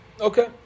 Okay